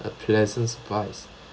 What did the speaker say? a pleasant surprise